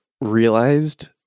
realized